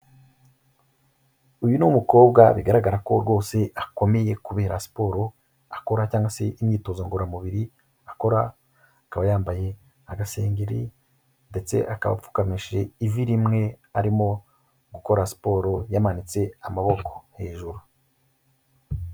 Uyu ni umukobwa bigaragara ko rwose akomeye kubera siporo akora cyangwa se imyitozo ngoramubiri akora, akaba yambaye agasengeri ndetse akaba apfukamishije ivi rimwe, arimo gukora siporo yamanitse amaboko hejuru.